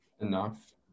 enough